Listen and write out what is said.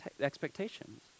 expectations